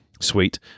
sweet